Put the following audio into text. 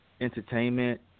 entertainment